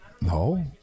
No